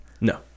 No